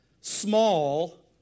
small